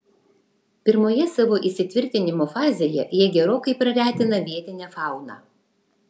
pirmoje savo įsitvirtinimo fazėje jie gerokai praretina vietinę fauną